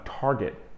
target